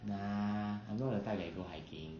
nah I'm not the type that go hiking